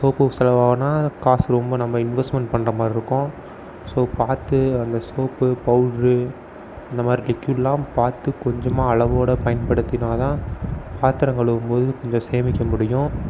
soap செலவான காசு ரொம்ப நம்ம இன்வெஸ்ட்மென்ட் பண்ணுற மாதிரி இருக்கும் ஸோ பார்த்து அந்த சோப்பு பவுடுரு அந்த மாதிரி லிக்கியூட்யெலாம் பார்த்து கொஞ்சமாக அளவோடு பயன்படுத்தினால் தான் பாத்திரம் கழுவும் போது கொஞ்சம் சேமிக்க முடியும்